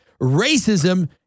racism